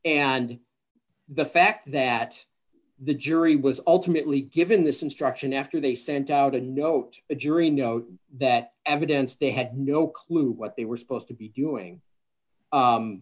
and the fact that the jury was ultimately given this instruction after they sent out a note a jury note that evidence they had no clue what they were supposed to be doing